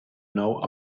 know